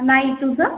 नाही तुझं